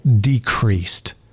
decreased